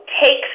take